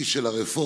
איש של הרפורמות,